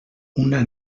una